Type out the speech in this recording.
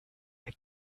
ihr